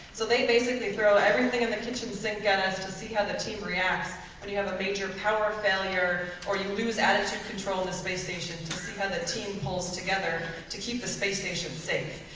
so they basically throw everything in the kitchen sink at us to see how the team reacts when you have a major power failure or you lose attitude control the space station to see how the team pulls together to keep the space station safe.